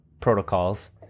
protocols